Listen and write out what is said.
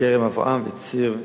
כרם-אברהם וציר יחזקאל.